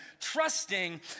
trusting